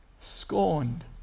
scorned